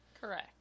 Correct